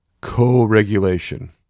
Co-regulation